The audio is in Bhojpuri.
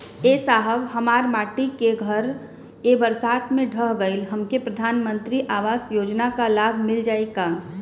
ए साहब हमार माटी क घर ए बरसात मे ढह गईल हमके प्रधानमंत्री आवास योजना क लाभ मिल जाई का?